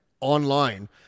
online